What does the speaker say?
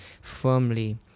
firmly